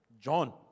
John